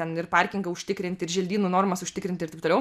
ten ir parkingą užtikrinti ir želdynų normas užtikrinti ir taip toliau